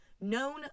Known